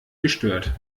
gestört